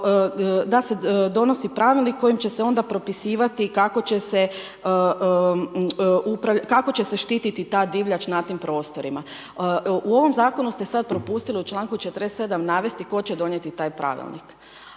da se donosi pravilnik kojim će se onda propisivati kako će se štititi ta divljač na tim prostorima. U ovom zakonu ste sad propustili u članku 47. navesti tko će donijeti taj pravilnik.